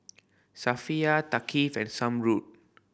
Safiya Thaqif and Zamrud